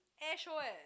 airshow leh